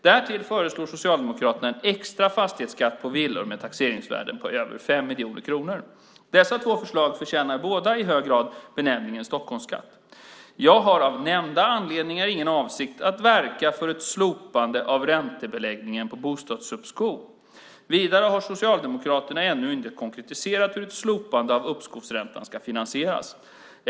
Därtill föreslår Socialdemokraterna en extra fastighetsskatt på villor med taxeringsvärde över 5 miljoner kronor. Dessa två förslag förtjänar båda i hög grad benämningen Stockholmsskatt. Jag har av nämnda anledningar ingen avsikt att verka för ett slopande av räntebeläggningen på bostadsuppskov. Vidare har Socialdemokraterna ännu inte konkretiserat hur ett slopande av uppskovsräntan ska finansieras.